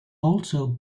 also